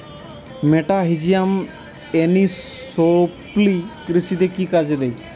মেটাহিজিয়াম anisopliae কৃষিতে কি কাজে দেয়?